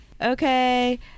okay